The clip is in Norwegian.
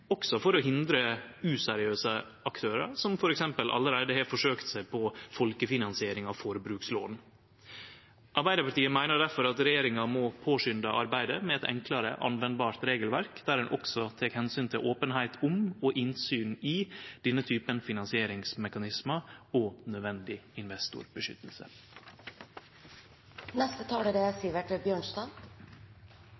også for å hindre useriøse aktørar, som f.eks. allereie har forsøkt seg på folkefinansiering av forbrukslån. Arbeidarpartiet meiner difor at regjeringa må påskunde arbeidet med eit enklare, anvendeleg regelverk, der ein også tek omsyn til openheit om og innsyn i denne typen finansieringsmekanismar og nødvendig investorbeskyttelse. Vi er